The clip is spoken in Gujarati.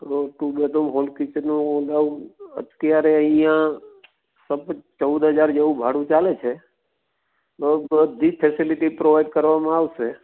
એટલે ટુ બેડરૂમ હૉલ કિચનનો ભાવ અત્યારે અહીં ચૌદ હજાર જેવું ભાડું ચાલે છે તો બધી જ ફેસીલીટી પ્રોવાઈડ કરવામાં આવશે